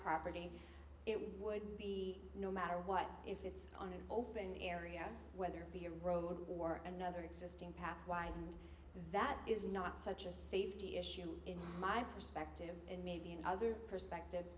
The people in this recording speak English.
property it would be no matter what if it's on an open area whether it be a road or another existing path why that is not such a safety issue in my perspective and maybe in other perspective